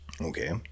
Okay